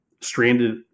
stranded